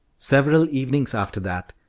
several evenings after that,